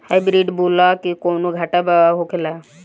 Hybrid बोला के कौनो घाटा भी होखेला?